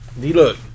Look